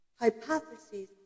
hypotheses